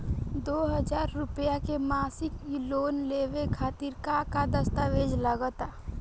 दो हज़ार रुपया के मासिक लोन लेवे खातिर का का दस्तावेजऽ लग त?